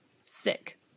Sick